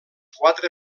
quatre